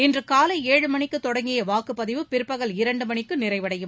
இன்று காலை ஏழு மணிக்கு தொடங்கிய வாக்குப்பதிவு பிற்பகல் இரண்டு மணிக்கு நிறைவடையும்